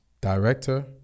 director